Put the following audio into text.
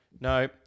no